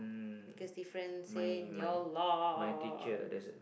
biggest difference in your life